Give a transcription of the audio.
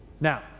Now